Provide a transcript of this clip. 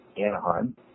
Anaheim